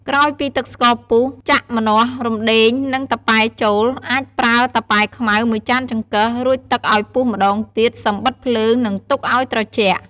ក្រោយពីទឹកស្ករពុះ ចាក់ម្នាស់ រំដេង និង តាប៉ែចូល អាចប្រើតាប៉ែខ្មៅ ១ចានចង្កឹះ រួចទឹកឱ្យពុះម្ដងទៀត សឹមបិទភ្លើង និងទុកឱ្យត្រជាក់។